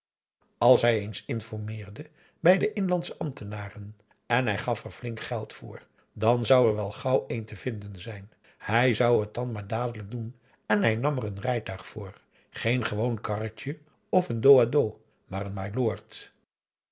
als hij eens informeerde bij de inlandsche ambtenaren en hij gaf er flink geld voor dan zou er wel gauw een te vinden zijn hij zou het dan maar dadelijk doen en hij nam er een rijtuig voor geen gewoon karretje of een dos à dos maar een mylord